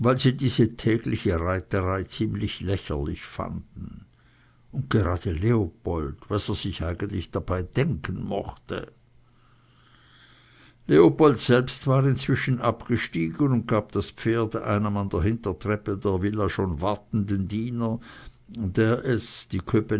diese tägliche reiterei ziemlich lächerlich fanden und gerade leopold was er sich eigentlich dabei denken mochte leopold selbst war inzwischen abgestiegen und gab das pferd einem an der hintertreppe der villa schon wartenden diener der es die